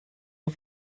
auf